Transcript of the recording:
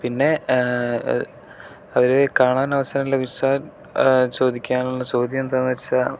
പിന്നെ അവരെ കാണാൻ അവസരം ലഭിച്ചാൽ ചോദിക്കാനുള്ള ചോദ്യം എന്താന്ന് വെച്ചാൽ